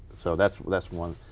so that's that's one.